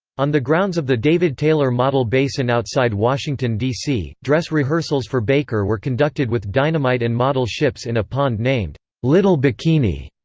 on the grounds of the david taylor model basin outside washington, dc, dress rehearsals for baker were conducted with dynamite and model ships in a pond named little bikini.